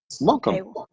welcome